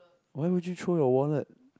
why would you throw the wallet